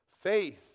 faith